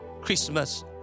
Christmas